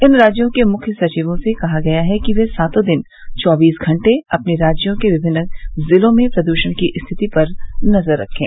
इन राज्यों के मुख्य सचिवों से कहा गया है कि वे सातों दिन चौबीस घंटे अपने राज्यों के विभिन्न जिलों में प्रदूषण की स्थिति पर नजर रखें